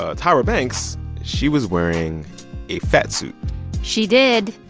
ah tyra banks she was wearing a fat suit she did.